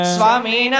Swami